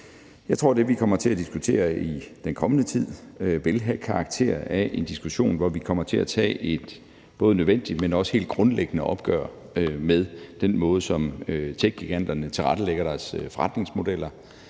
Jeg tror, at det, vi kommer til at diskutere i den kommende tid, vil have karakter af en diskussion, hvor vi kommer til at tage et både nødvendigt, men også helt grundlæggende opgør med den måde, som techgiganterne tilrettelægger deres forretningsmodeller